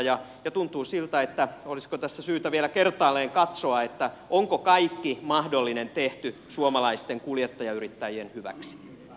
ja tuntuu siltä että olisiko tässä syytä vielä kertaalleen katsoa onko kaikki mahdollinen tehty suomalaisten kuljettajayrittäjien hyväksi